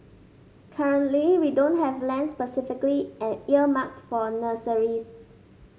currently we don't have land specifically an earmarked for nurseries